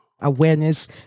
awareness